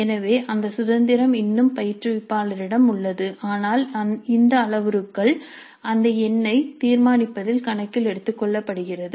எனவே அந்த சுதந்திரம் இன்னும் பயிற்றுவிப்பாளரிடம் உள்ளது ஆனால் இந்த அளவுருக்கள் அந்த எண்ணை தீர்மானிப்பதில் கணக்கில் எடுத்துக்கொள்ளப்படுகிறது